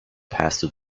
passed